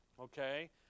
Okay